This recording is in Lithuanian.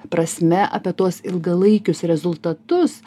prasme apie tuos ilgalaikius rezultatus